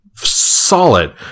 Solid